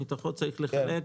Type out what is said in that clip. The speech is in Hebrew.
שמתוכו צריך לחלק,